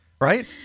right